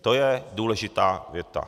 To je důležitá věta.